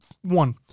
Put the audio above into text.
one